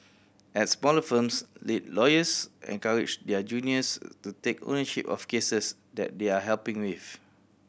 at smaller firms lead lawyers encourage their juniors to take ownership of cases that they are helping with